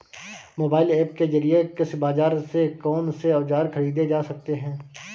Mobile app के जरिए कृषि बाजार से कौन से औजार ख़रीदे जा सकते हैं?